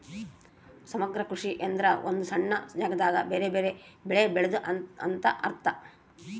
ಸಮಗ್ರ ಕೃಷಿ ಎಂದ್ರ ಒಂದು ಸಣ್ಣ ಜಾಗದಾಗ ಬೆರೆ ಬೆರೆ ಬೆಳೆ ಬೆಳೆದು ಅಂತ ಅರ್ಥ